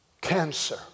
Cancer